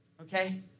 Okay